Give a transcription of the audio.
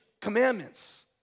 commandments